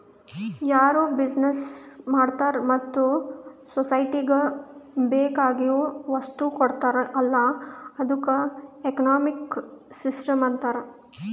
ಯಾರು ಬಿಸಿನೆಸ್ ಮಾಡ್ತಾರ ಮತ್ತ ಸೊಸೈಟಿಗ ಬೇಕ್ ಆಗಿವ್ ವಸ್ತು ಕೊಡ್ತಾರ್ ಅಲ್ಲಾ ಅದ್ದುಕ ಎಕನಾಮಿಕ್ ಸಿಸ್ಟಂ ಅಂತಾರ್